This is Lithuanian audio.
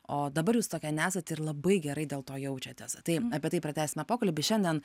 o dabar jūs tokia nesat ir labai gerai dėl to jaučiatės tai apie tai pratęsime pokalbį šiandien